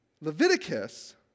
Leviticus